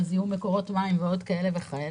על זיהום מקורות מים ועוד כהנה וכהנה.